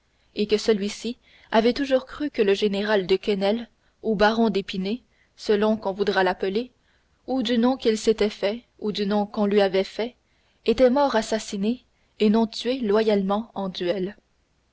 et que celui-ci avait toujours cru que le général de quesnel ou le baron d'épinay selon qu'on voudra l'appeler ou du nom qu'il s'était fait ou du nom qu'on lui avait fait était mort assassiné et non tué loyalement en duel